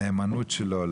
לנאמנות שלו,